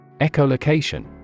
Echolocation